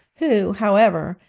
who, however,